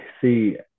see